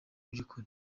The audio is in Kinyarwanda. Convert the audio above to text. by’ukuri